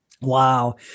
Wow